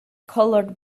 colored